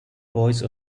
voice